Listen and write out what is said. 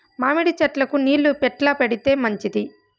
మామిడి చెట్లకు నీళ్లు ఎట్లా పెడితే మంచిది?